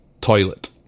toilet